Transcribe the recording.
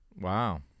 Wow